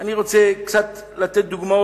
אני רוצה לתת קצת דוגמאות